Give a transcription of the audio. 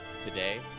Today